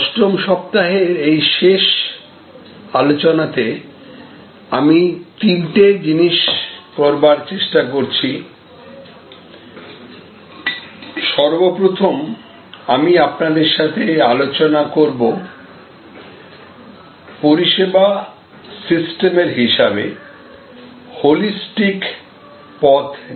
অষ্টম সপ্তাহের এই শেষ আলোচনাতে আমি তিনটি জিনিস করবার চেষ্টা করছি সর্বপ্রথম আমি আপনাদের সঙ্গে আলোচনা করব পরিষেবা সিস্টেমের হিসাবে হোলিস্টিক পথ নিয়ে